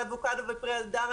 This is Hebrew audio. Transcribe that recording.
על אבוקדו ופרי הדר.